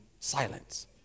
silence